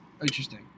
Interesting